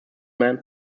man